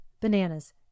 Bananas